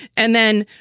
and then.